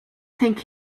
think